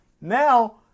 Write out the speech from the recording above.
Now